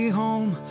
home